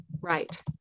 right